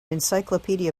encyclopedia